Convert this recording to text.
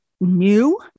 new